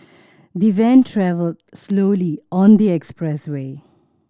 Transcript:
the van travelled slowly on the expressway